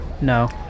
No